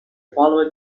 followed